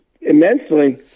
immensely